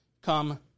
come